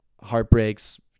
heartbreaks